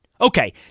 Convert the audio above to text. Okay